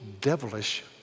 devilish